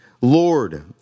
lord